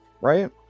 right